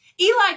Eli